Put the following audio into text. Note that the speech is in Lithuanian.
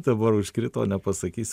dabar užkrito nepasakysiu